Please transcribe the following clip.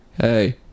hey